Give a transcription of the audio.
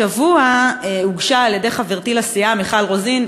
השבוע הוגשה על-ידי חברתי לסיעה מיכל רוזין,